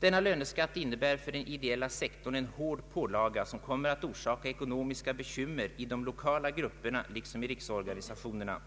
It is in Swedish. Denna löneskatt innebär för den ideella sektorn en hård pålaga, som kommer att orsaka ekonomiska bekymmer i de lokala grupperna liksom i riksorganisationerna.